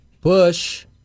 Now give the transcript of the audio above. Bush